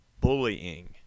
bullying